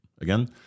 Again